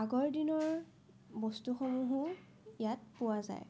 আগৰ দিনৰ বস্তুসমূহো ইয়াত পোৱা যায়